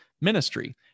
ministry